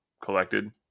collected